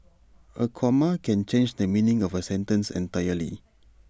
A comma can change the meaning of A sentence entirely